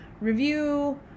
review